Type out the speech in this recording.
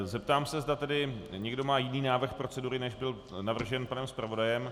Zeptám se, zda někdo má jiný návrh procedury, než byl navržen panem zpravodajem.